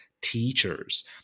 teachers